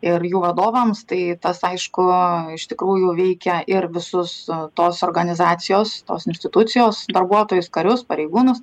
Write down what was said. ir jų vadovams tai tas aišku iš tikrųjų veikia ir visus tos organizacijos tos institucijos darbuotojus karius pareigūnus